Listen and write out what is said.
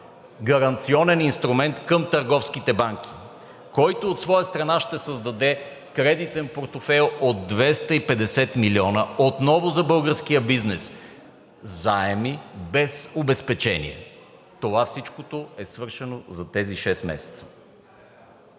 гаранционен инструмент към търговските банки, който от своя страна ще създаде кредитен портфейл от 250 милиона отново за българския бизнес – заеми без обезпечения. Това всичкото е свършено за тези шест месеца.